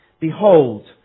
Behold